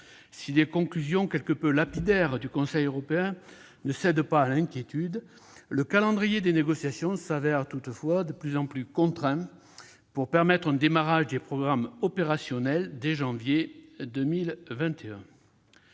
Si les conclusions quelque peu lapidaires du Conseil européen ne cèdent pas à l'inquiétude, le calendrier des négociations s'avère toutefois de plus en plus contraint pour permettre un démarrage des programmes opérationnels dès janvier 2021.